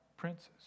princes